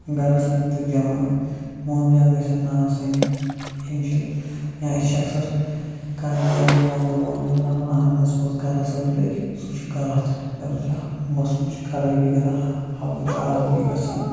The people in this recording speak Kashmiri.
گَرَس أنٛدۍ پٔکۍ جمع موم جام گژھن نہٕ آسٕنۍ یِم چھِ یا أسۍ چھِ اکثر کَران کٲم یِم موم جام ووم جام زالان آنٛگنَس منٛز گَرَس أنٛدۍ پٔکۍ سُہ چھُ غلط تَمہِ سۭتۍ چھُ موسمٕچ خرٲبی گژھان ہَوہٕچ آلوٗدگی گژھان